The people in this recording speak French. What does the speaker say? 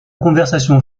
conversation